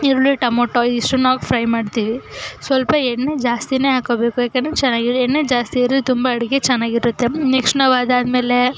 ಈರುಳ್ಳಿ ಟೊಮೊಟೊ ಇದಿಷ್ಟನ್ನೂ ಹಾಕಿ ಫ್ರೈ ಮಾಡ್ತೀವಿ ಸ್ವಲ್ಪ ಎಣ್ಣೆ ಜಾಸ್ತಿಯೇ ಹಾಕ್ಕೊಳ್ಬೇಕು ಯಾಕೆಂದ್ರೆ ಚೆನ್ನಾಗಿರೊ ಎಣ್ಣೆ ಜಾಸ್ತಿ ಇದ್ದರೆ ತುಂಬ ಅಡುಗೆ ಚೆನ್ನಾಗಿರುತ್ತೆ ನೆಕ್ಸ್ಟ್ ನಾವು ಅದಾದಮೇಲೆ